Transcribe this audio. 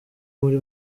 muri